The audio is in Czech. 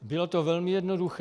Bylo to velmi jednoduché.